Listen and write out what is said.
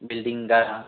बिल्डिंगा